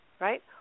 right